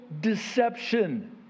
deception